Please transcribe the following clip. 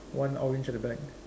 one orange at the back